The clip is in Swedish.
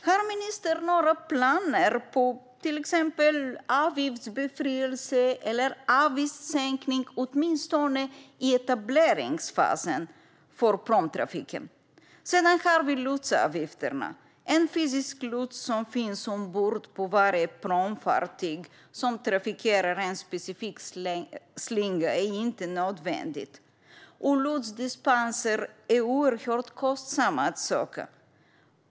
Har ministern några planer på till exempel avgiftsbefrielse eller avgiftssänkning för pråmtrafiken, åtminstone i etableringsfasen? Sedan har vi lotsavgifterna. En fysisk lots som finns ombord på varje pråmfartyg som trafikerar en specifik slinga är inte nödvändigt. Lotsdispenser är oerhört kostsamma att söka.